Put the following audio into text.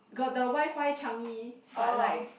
got the WiFi Changi but like